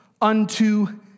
unto